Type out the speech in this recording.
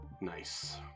Nice